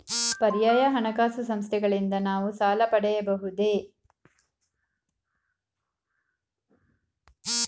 ಪರ್ಯಾಯ ಹಣಕಾಸು ಸಂಸ್ಥೆಗಳಿಂದ ನಾವು ಸಾಲ ಪಡೆಯಬಹುದೇ?